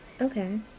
Okay